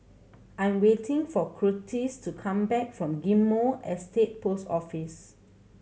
I'm waiting for Curtiss to come back from Ghim Moh Estate Post Office